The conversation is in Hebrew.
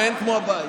אין כמו הבית.